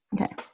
Okay